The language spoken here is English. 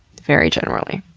very generally.